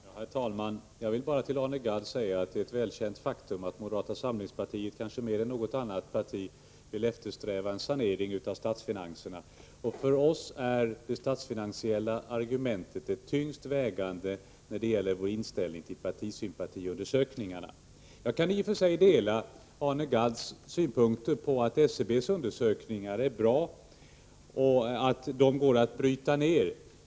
Herr talman! Jag vill bara till Arne Gadd säga att det är ett välkänt faktum att moderata samlingspartiet kanske mer än något annat parti vill eftersträva en sanering av statsfinanserna. För oss är det statsfinansiella argumentet det tyngst vägande när det gäller vår inställning till partisympatiundersökningarna. Jag kan i och för sig dela Arne Gadds synpunkter om att SCB:s undersökningar är bra och att de går att bryta ner.